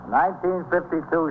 1952